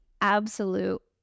absolute